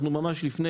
אנחנו ממש לפני